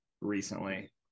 recently